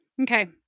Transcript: Okay